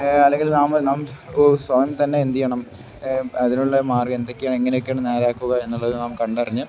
അല്ലെങ്കിൽ നമ്മള് നാം സ്വയം തന്നെ എന്തെയ്യണം അതിനുള്ള മാര്ഗം എന്തൊക്കെയാണ് എങ്ങനെയൊക്കെയാണു നേരെയാക്കുക എന്നുള്ളതു നാം കണ്ടറിഞ്ഞ്